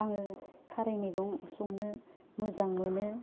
आङो खारै मैगं संनो मोजां मोनो